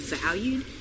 valued